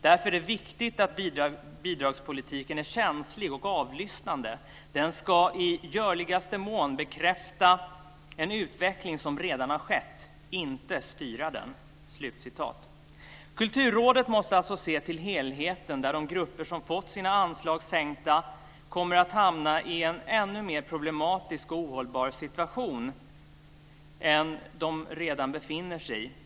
Därför är det viktigt att bidragspolitiken är känslig och avlyssnande: den ska i görligaste mån bekräfta en utveckling som redan har skett - inte styra den." Kulturrådet måste alltså se till helheten där de grupper som fått sina anslag sänkta kommer att hamna i en ännu mer problematisk och ohållbar situation än de redan befinner sig i.